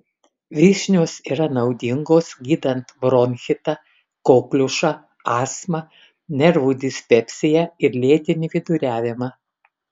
vyšnios yra naudingos gydant bronchitą kokliušą astmą nervų dispepsiją ir lėtinį viduriavimą